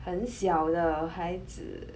很小的孩子